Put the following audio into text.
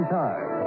time